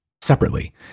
separately